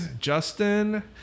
Justin